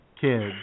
kids